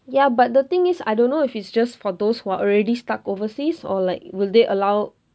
ya but the thing is I don't know if it's just for those who are already stuck overseas or like will they allow